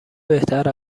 بهتر